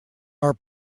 are